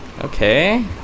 okay